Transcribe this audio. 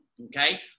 okay